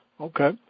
Okay